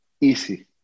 easy